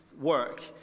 work